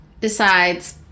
decides